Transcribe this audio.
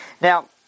Now